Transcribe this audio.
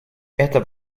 это